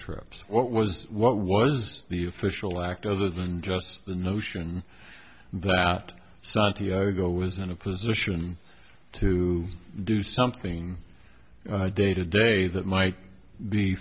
troops what was what was the official act other than just the notion that santiago was in a position to do something day to day that might be